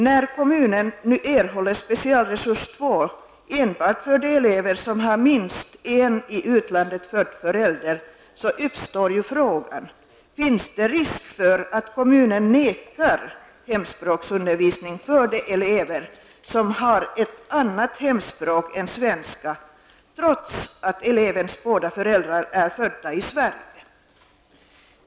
När kommunen nu erhåller specialresurs 2 enbart för de elever som har minst en i utlandet född förälder uppstår frågan: Finns det risk för att kommunen nekar de elever som har ett annat hemspråk än svenska hemspråksundervisning, trots att elevens båda föräldrar är födda i Sverige?